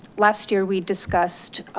last year, we discussed